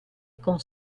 con